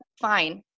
fine